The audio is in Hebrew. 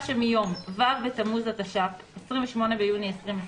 שמיום ו' בתמוז התש"ף (28 ביוני 2020)